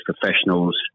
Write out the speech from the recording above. professionals